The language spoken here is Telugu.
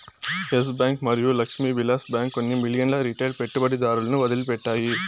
ఎస్ బ్యాంక్ మరియు లక్ష్మీ విలాస్ బ్యాంక్ కొన్ని మిలియన్ల రిటైల్ పెట్టుబడిదారులను వదిలిపెట్టాయి